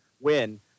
win